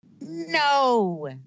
No